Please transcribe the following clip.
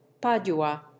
padua